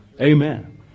Amen